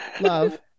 Love